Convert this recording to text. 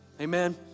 amen